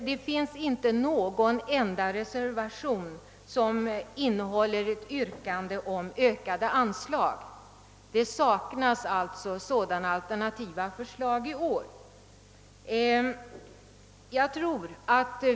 Det finns inte någon enda reservation som innehåller ett yrkande om ökade anslag — sådana alternativa förslag saknas alltså i år.